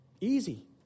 easy